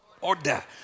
Order